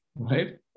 Right